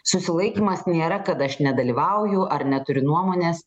susilaikymas nėra kad aš nedalyvauju ar neturiu nuomonės